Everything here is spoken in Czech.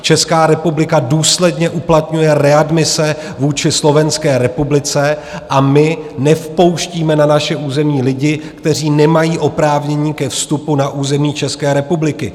Česká republika důsledně uplatňuje readmise vůči Slovenské republice a my nevpouštíme na naše území lidi, kteří nemají oprávnění ke vstupu na území České republiky.